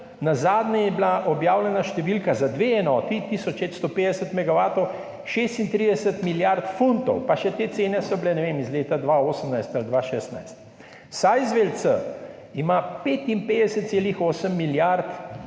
nazadnje je bila objavljena številka za dve enoti tisoč 550 megavatov 36 milijard funtov, pa še te cene so bile, ne vem, iz leta 2018 ali 2016. Sizewell C ima 55,8 milijarde evrov,